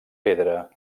pedra